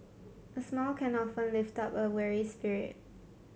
a smile can often lift up a weary spirit